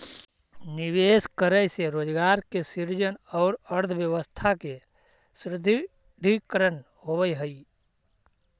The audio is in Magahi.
निवेश करे से रोजगार के सृजन औउर अर्थव्यवस्था के सुदृढ़ीकरण होवऽ हई